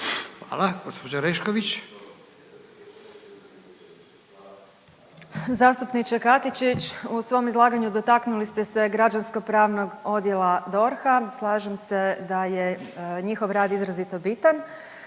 imenom i prezimenom)** Zastupniče Katičić, u svom izlaganju dotaknuli ste se Građansko-pravnog odjela DORH-a. Slažem se da je njihov rad izrazito bitan,